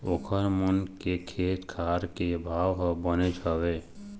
ओखर मन के खेत खार के भाव ह बनेच हवय